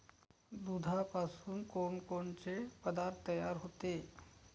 दुधापासून कोनकोनचे पदार्थ तयार होते?